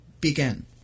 begin